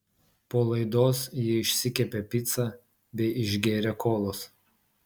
po laidos jie išsikepė picą bei išgėrė kolos